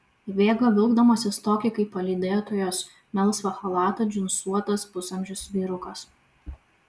įbėga vilkdamasis tokį kaip palydėtojos melsvą chalatą džinsuotas pusamžis vyrukas